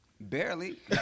Barely